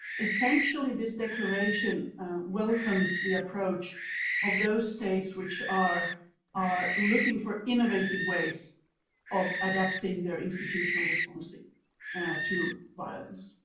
essentially, this declaration welcomes the approach of those states which are are looking for innovative ways of adapting their institutional responses to violence.